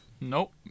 Nope